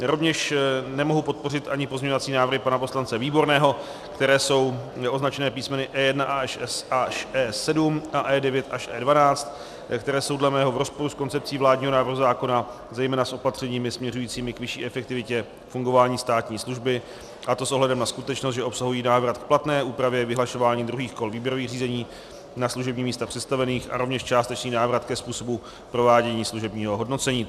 Rovněž nemohu podpořit ani pozměňovací návrhy pana poslance Výborného, které jsou označené písmeny E1 až E7, E9 až E12, které jsou dle mého v rozporu s koncepcí vládního návrhu zákona, zejména s opatřeními směřujícími k vyšší efektivitě fungování státní služby, a to s ohledem na skutečnost, že obsahují návrat k platné úpravě vyhlašování druhých kol výběrových řízení na služební místa představených a rovněž částečný návrat ke způsobu provádění služebního hodnocení.